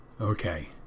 Okay